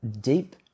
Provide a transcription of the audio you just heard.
deep